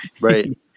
right